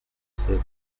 several